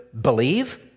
believe